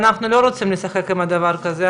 אנחנו בסעיף ההגדרות.